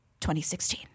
2016